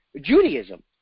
Judaism